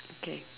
okay